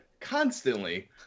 constantly